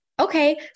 Okay